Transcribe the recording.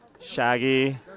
Shaggy